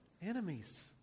enemies